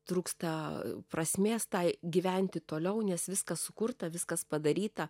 trūksta prasmės tai gyventi toliau nes viskas sukurta viskas padaryta